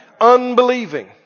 Unbelieving